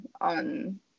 on